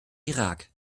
irak